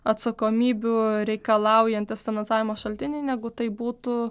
atsakomybių reikalaujantys finansavimo šaltiniai negu tai būtų